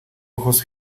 ojos